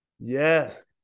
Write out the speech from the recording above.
Yes